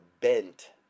bent